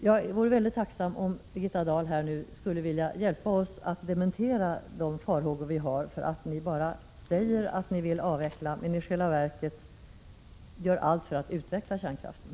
Jag vore tacksam om Birgitta Dahl ville hjälpa till att undanröja farhågorna för att ni bara säger att ni vill avveckla, medan ni i själva verket gör allt för att utveckla kärnkraften.